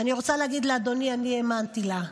ואני רוצה להגיד לאדוני שאני האמנתי לה,